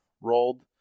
rolled